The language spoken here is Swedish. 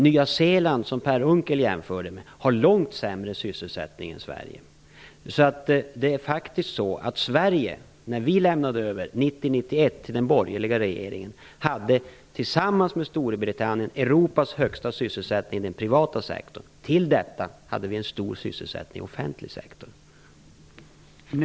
Nya Zeeland, som Per Unckel jämförde med, har långt sämre sysselsättning än Sverige. Sverige hade, när vi lämnade över till den borgerliga regeringen 1990-91, tillsammans med Storbritannien Europas högsta sysselsättning i den privata sektorn. Dessutom hade Sverige en hög sysselsättning i den offentliga sektorn.